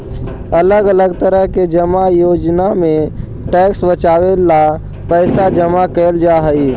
अलग अलग तरह के जमा योजना में टैक्स बचावे ला पैसा जमा कैल जा हई